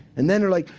and then they're like,